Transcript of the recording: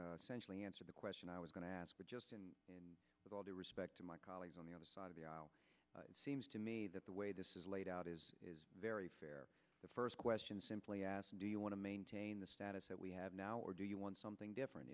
just centrally answered the question i was going to ask and with all due respect to my colleagues on the other side of the aisle it seems to me that the way this is laid out is very fair the first question simply asked do you want to maintain the status that we have now or do you want something different